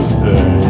say